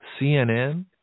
CNN